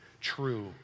true